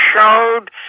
showed